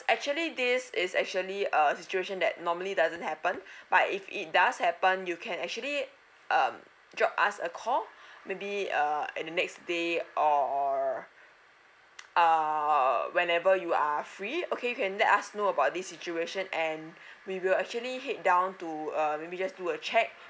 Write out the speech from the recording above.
actually this is actually a situation that normally doesn't happen but if it does happen you can actually uh drop us a call maybe uh in the next day or err whenever you are are free okay can let us know about this situation and we will actually head down to a maybe just do a check